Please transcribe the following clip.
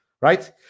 Right